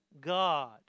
God